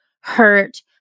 hurt